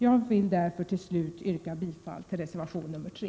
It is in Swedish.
Jag vill därför till slut yrka bifall till reservation nr 3.